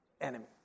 enemy